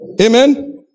Amen